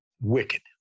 wicked